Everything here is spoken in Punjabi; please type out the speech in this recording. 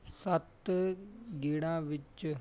ਸੱਤ ਗੇੜਾਂ ਵਿੱਚ